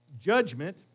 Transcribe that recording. Judgment